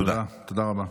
תודה רבה.